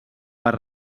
per